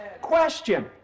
question